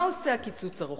מה עושה הקיצוץ הרוחבי?